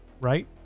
right